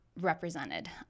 represented